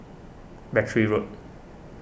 Battery Road